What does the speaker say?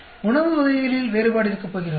எனவே உணவு வகைகளில் வேறுபாடு இருக்கப்போகிறதா